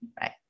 right